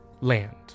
Land